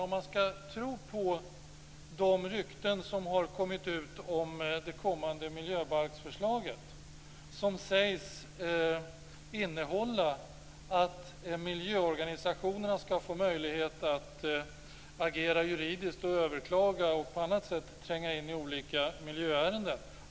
Om man skall tro på de rykten som har kommit ut skall det kommande miljöbalksförslaget innehålla en möjlighet för miljöorganisationerna att agera juridiskt, överklaga och på andra sätt tränga in i olika miljöärenden.